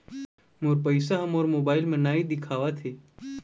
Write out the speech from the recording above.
मोर पैसा ह मोर मोबाइल में नाई दिखावथे